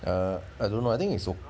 uh I don't know I think he is